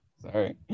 Sorry